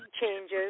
changes